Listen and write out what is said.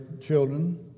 children